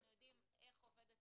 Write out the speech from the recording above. אנחנו יודעים איך עובד התימרוץ,